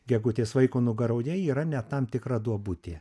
gegutės vaiko nugaroje yra ne tam tikra duobutė